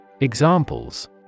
Examples